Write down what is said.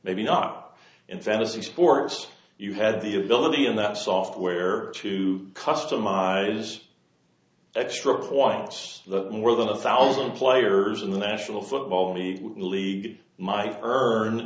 maybe not in fantasy sports you had the ability in that software to customize extra points that more than one thousand players in the national football league league my earn in